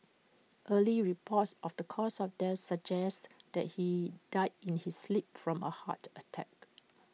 early reports of the cause of death suggests that he died in his sleep from A heart attack